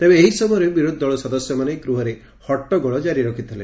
ତେବେ ଏହି ସମୟରେ ବିରୋଧୀ ଦଳ ସଦସ୍ୟମାନେ ଗୃହରେ ହଟ୍ଟଗୋଳ କାରି ରଖିଥିଲେ